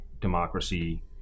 democracy